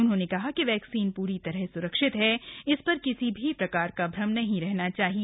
उन्होंने कहा कि वैक्सीन प्री तरह स्रक्षित है इस प्र किसी भी प्रकार का भ्रम नहीं रहना चाहिए